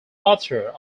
author